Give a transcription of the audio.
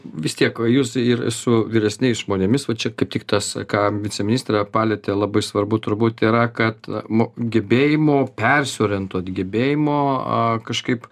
vis tiek jūs ir su vyresniais žmonėmis va čia kaip tik tas ką viceministrė palietė labai svarbu turbūt yra kad mo gebėjimo persiorientuot gebėjimo a kažkaip